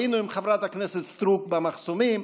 היינו עם חברת הכנסת סטרוק במחסומים.